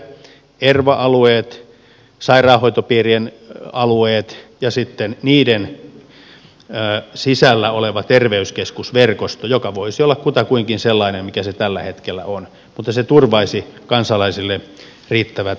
erva alueet sairaanhoitopiirien alueet ja sitten niiden sisällä oleva terveyskeskusverkosto joka voisi olla kutakuinkin sellainen kuin se tällä hetkellä on mutta se turvaisi kansalaisille riittävät terveydenhuoltopalvelut